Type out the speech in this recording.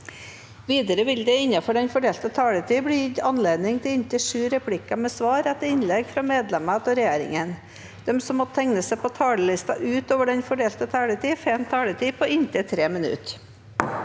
Videre vil det – innenfor den fordelte taletid – bli gitt anledning til inntil sju replikker med svar etter innlegg fra medlemmer av regjeringen, og de som måtte tegne seg på talerlisten utover den fordelte taletid, får en taletid på inntil 3 minutter.